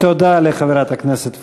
תודה לחברת הכנסת פרנקל.